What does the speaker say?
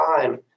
time